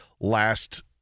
last